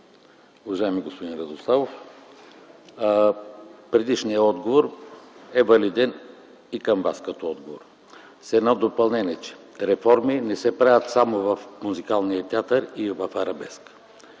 уважаеми господин Радославов! Предишният отговор е валиден и към Вас като отговор, с едно допълнение, че реформи не се правят само в Музикалния театър или в „Арабеск”,